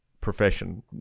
profession